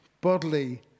bodily